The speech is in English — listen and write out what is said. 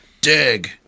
dig